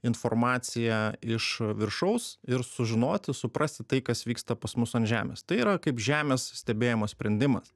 informaciją iš viršaus ir sužinoti suprasti tai kas vyksta pas mus ant žemės tai yra kaip žemės stebėjimo sprendimas